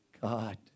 God